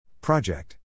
Project